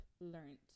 learned